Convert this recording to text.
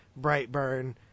Brightburn